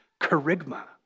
charisma